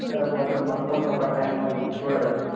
sir ఒకోసం మా కోసం ఒక టైం చూడగలరాా